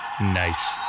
Nice